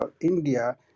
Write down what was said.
India